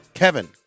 Kevin